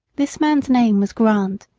this man's name was grant,